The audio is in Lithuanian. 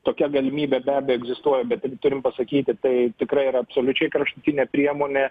tokia galimybė be abejo egzistuoja bet turim pasakyti tai tikrai yra absoliučiai kraštutinė priemonė